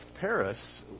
Paris